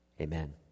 amen